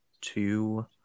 two